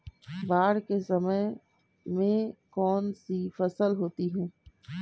बाढ़ के समय में कौन सी फसल होती है?